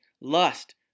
lust